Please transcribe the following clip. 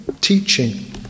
teaching